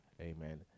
Amen